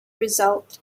result